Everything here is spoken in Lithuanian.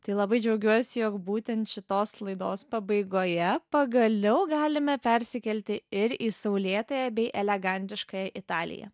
tai labai džiaugiuosi jog būtent šitos laidos pabaigoje pagaliau galime persikelti ir į saulėtąją bei elegantiškąją italiją